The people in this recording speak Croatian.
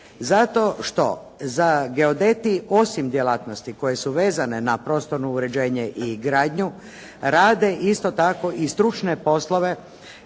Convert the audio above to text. Zato što za geodeti osim djelatnosti koje su vezane na prostorno uređenje i gradnju rade isto tako i stručne poslove